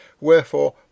Wherefore